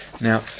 Now